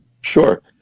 sure